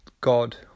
God